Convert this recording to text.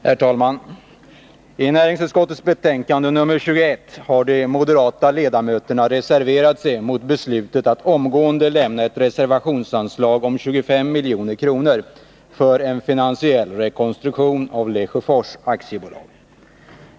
Herr talman! I näringsutskottets betänkande nr 21 har de moderata ledamöterna reserverat sig mot beslutet att omgående lämna ett reservationsanslag om 25 milj.kr. för finansiell rekonstruktion av Lesjöfors AB.